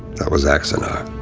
that was axanar.